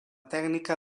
tècnica